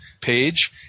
page